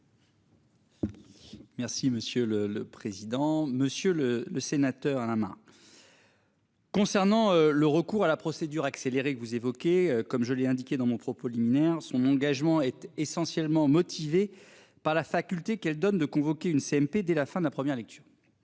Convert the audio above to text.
Merci monsieur le président, Monsieur le le sénateur à la main. Concernant le recours à la procédure accélérée que vous évoquez, comme je l'ai indiqué dans mon propos liminaire son engagement était essentiellement motivé par la faculté qu'elle donne de convoquer une CMP dès la fin de la première lecture.